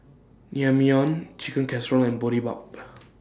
Naengmyeon Chicken Casserole and Boribap